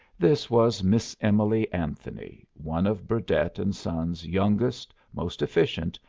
this was miss emily anthony, one of burdett and sons' youngest, most efficient,